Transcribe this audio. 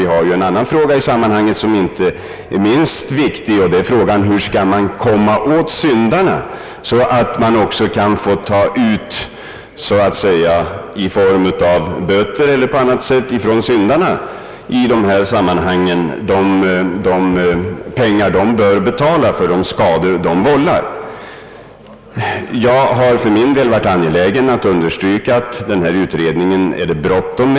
En i sammanhanget inte minst viktig fråga är hur vi skall komma åt syndarna och i form av böter eller på annat sätt ta ut de pengar som de bör betala för vållade skador. Jag har för min del varit angelägen att understryka att det är bråttom med denna utredning.